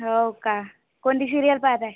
हो का कोणती शिरिअल पाहत आहे